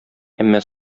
әмма